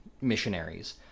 missionaries